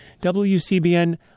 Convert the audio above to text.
WCBN